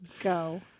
Go